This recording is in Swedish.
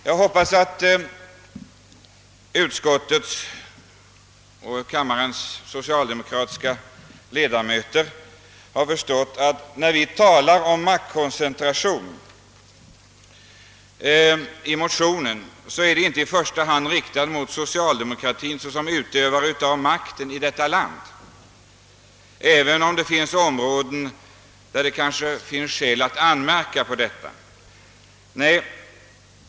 Jag hoppas att utskottets och kammarens socialdemokratiska ledamöter har förstått att när vi talar om maktkoncentration i motionen är det inte i första hand riktat mot socialdemokratien såsom utövare av makten i detta land, även: om det finns områden där det kanske är skäl att anmärka i det avseendet.